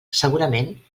segurament